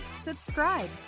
subscribe